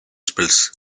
spills